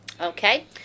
okay